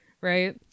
Right